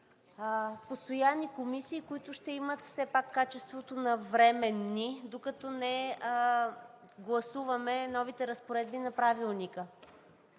постоянни комисии, които ще имат все пак качеството на временни, докато не гласуваме новите разпоредби на Правилника.